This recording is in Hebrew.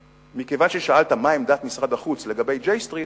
מכיוון ששאלת מה עמדת משרד החוץ לגבי J Street,